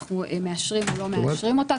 אנחנו מאשרים או לא מאשרים אותה.